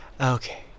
Okay